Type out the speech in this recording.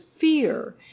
fear